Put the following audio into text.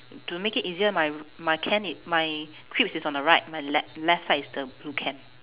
to make it easier my my can is my crisps is on the right my le~ left side is the blue can